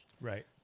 Right